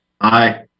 Aye